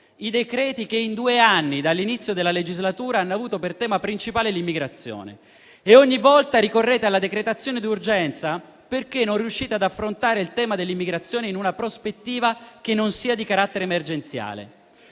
i decreti che in due anni, dall'inizio della legislatura, hanno avuto per tema principale l'immigrazione e ogni volta ricorrete alla decretazione d'urgenza, perché non riuscite ad affrontare il tema dell'immigrazione in una prospettiva che non sia di carattere emergenziale.